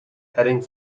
heading